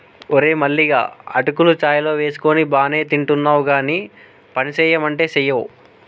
ఓరే మల్లిగా అటుకులు చాయ్ లో వేసుకొని బానే తింటున్నావ్ గానీ పనిసెయ్యమంటే సెయ్యవ్